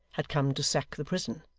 had come to sack the prison.